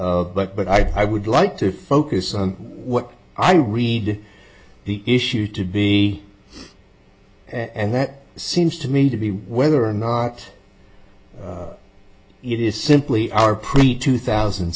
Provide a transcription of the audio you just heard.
of but but i would like to focus on what i read the issue to be and that seems to me to be whether or not it is simply our pretty two thousand